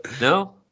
No